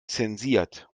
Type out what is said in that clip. zensiert